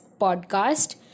podcast